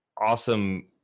awesome